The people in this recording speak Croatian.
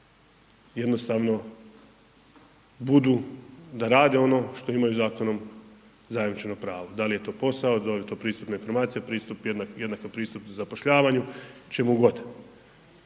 jednostavno budu, da rade ono što imaju zakonom zajamčeno pravo, da li je to posao, da li je to pristupna informacija, pristup jednak pristup zapošljavanju, čemu god.